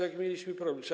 Jaki mieliśmy problem?